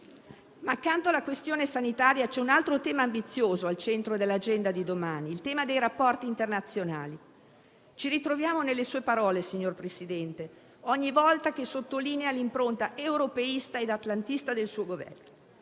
Accanto alla questione sanitaria c'è però un altro tema ambizioso al centro dell'agenda di domani: il tema dei rapporti internazionali. Ci ritroviamo nelle sue parole, signor Presidente, ogni volta che sottolinea l'impronta europeista e atlantista del suo Governo,